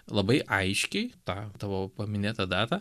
labai aiškiai tą tavo paminėtą datą